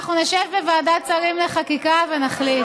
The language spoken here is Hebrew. נשב בוועדת השרים לחקיקה ונחליט